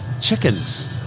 chickens –